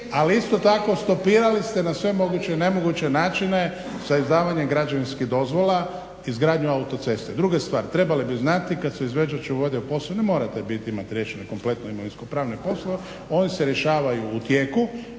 ali isto tako stopirali ste na sve moguće i nemoguće načine sa izdavanjem građevinskih dozvolu izgradnju autoceste. Druga stvar, trebali bi znati kad se …/Govornik se ne razumije./… morate biti, imati riješeno kompletno imovinsko-pravne poslove. Oni se rješavaju u tijeku.